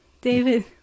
David